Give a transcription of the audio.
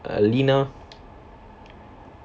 err lina